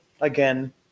Again